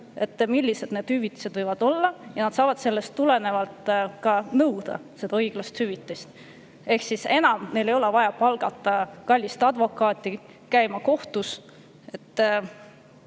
millised need hüvitised võivad olla, ja saavad sellest tulenevalt ka nõuda õiglast hüvitist. Ehk siis enam neil ei ole vaja palgata kallist advokaati, käia kohtus. See